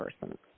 person